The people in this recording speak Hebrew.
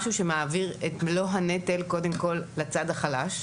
שמעביר את מלוא הנטל קודם כל לצד החלש.